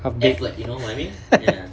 half dead